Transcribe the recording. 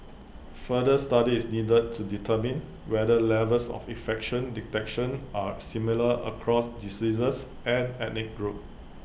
further study is needed to determine whether levels of infection detection are similar across diseases and ethnic groups